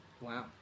Wow